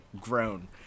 grown